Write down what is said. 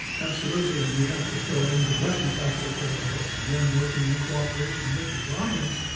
absolutely, and you have to throw in the russian factor to all this. then working in cooperation with the iranians,